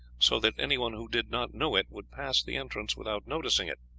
so that anyone who did not know it would pass the entrance without noticing it.